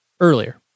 earlier